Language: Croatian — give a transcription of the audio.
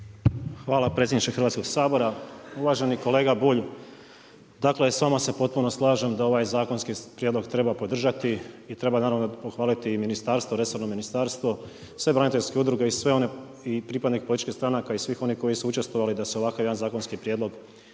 Hvala predsjedniče Hrvatskog sabora. Uvaženi kolega Bulj, dakle s vama se potpuno slažem da ovaj zakonski prijedlog treba podržati i treba naravno pohvaliti i resorno ministarstvo, sve braniteljske udruge i sve one pripadnike političkih stranaka i svi koji su učestvovali da se ovakav jedan zakonski prijedlog